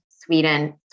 Sweden